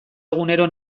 egunero